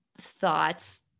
thoughts